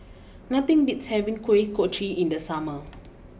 nothing beats having Kuih Kochi in the summer